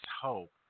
hope